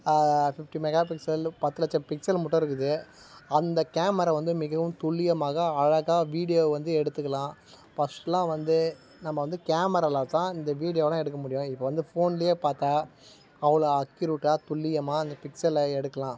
fifty mega pixel பத்து லட்சம் pixel முட்டும் இருக்குது அந்த கேமரா வந்து மிகவும் துல்லியமாக அழகாக வீடியோவை வந்து எடுத்துக்கலாம் ஃபஸ்ட்டுலாம் வந்து நம்ம வந்து கேமராவில் தான் இந்த வீடியோலாம் எடுக்க முடியும் இப்போ வந்து ஃபோன்லேயே பார்த்தா அவ்வளோ அக்யூரேட்டாக துல்லியமாக அந்த பிக்சலை எடுக்கலாம்